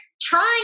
trying